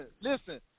listen